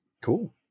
Cool